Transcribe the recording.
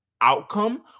outcome